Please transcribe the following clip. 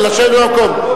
ולשבת במקום.